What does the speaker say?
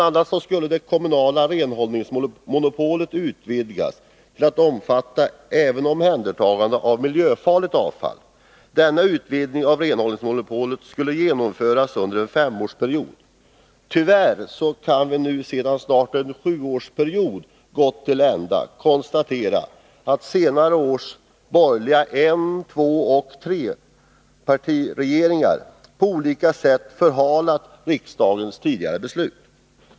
a. skulle det kommunala renhållningsmonopolet utvidgas till att även omfatta omhändertagande av miljöfarligt avfall. Denna utvidgning av renhållningsmonopolet skulle genomföras under en femårsperiod. Tyvärr kan vi nu sedan snart mer än en sjuårsperiod gått till ända konstatera att senare års borgerliga en-, tvåoch trepartiregeringar på olika sätt förhalat riksdagens tidigare beslut.